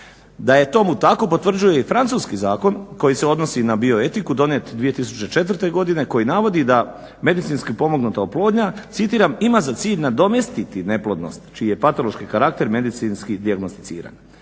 Da je tomu tako potvrđuje i francuski zakon koji se odnosi na bioetiku donijet 2004. godine koji navodi da medicinski pomognuta oplodnja citiram: "ima za cilj nadomjestiti neplodnost čiji je patološki karakter medicinski dijagnosticiran".